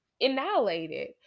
annihilated